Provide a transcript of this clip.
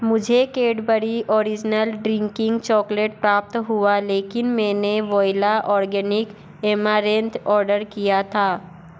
मुझे Cadbury original drinking chocolate प्राप्त हुआ लेकिन मैंने वोइला ऑर्गेनिक ऐमारैंथ ऑर्डर किया था